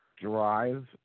drive